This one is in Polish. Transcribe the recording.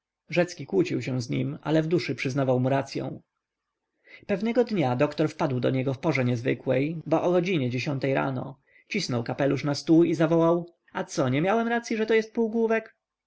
rzecki kłócił się z nim ale w duszy przyznawał mu racyą pewnego dnia doktor wpadł do niego w porze niezwykłej bo o godzinie tej rano cisnął kapelusz na stół i zawołał a co nie miałem racyi że to jest